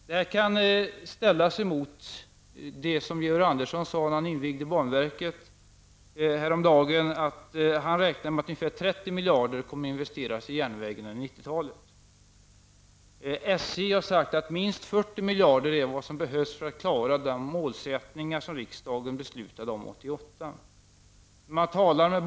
Detta kan ställas mot det som Georg Andersson sade när han häromdagen invigde banverket, nämligen att han räknade med att ungefär 30 miljarder kronor kommer att investeras i järnvägen under 90-talet. SJ har sagt att minst 40 miljarder kronor behövs för att klara de målsättningar som riksdagen beslutade om 1988.